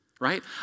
right